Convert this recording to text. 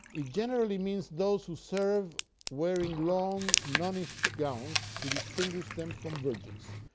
it generally means those who serve wearing long nunish gowns to distinguish them from virgins.